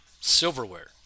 silverware